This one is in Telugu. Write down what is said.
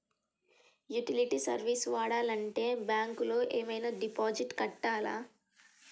యుటిలిటీ సర్వీస్ వాడాలంటే బ్యాంక్ లో ఏమైనా డిపాజిట్ కట్టాలా?